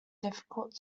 difficult